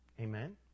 amen